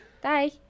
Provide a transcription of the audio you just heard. Bye